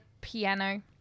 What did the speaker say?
piano